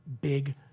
big